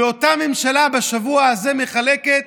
ואותה ממשלה בשבוע זה מחלקת